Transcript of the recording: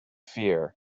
fear